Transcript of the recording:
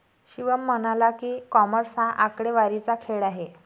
शिवम म्हणाला की, कॉमर्स हा आकडेवारीचा खेळ आहे